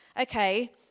okay